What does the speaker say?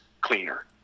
cleaner